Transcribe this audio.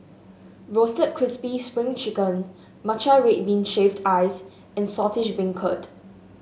Roasted Crispy Spring Chicken Matcha Red Bean Shaved Ice and Saltish Beancurd